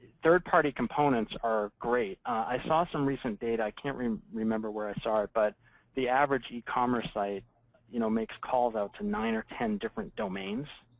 third-party components are great. i saw some recent data i can't remember where i saw it but the average e-commerce site you know makes calls out to nine or ten different domains.